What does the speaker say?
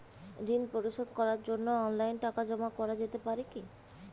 ঋন পরিশোধ করার জন্য অনলাইন টাকা জমা করা যেতে পারে কি?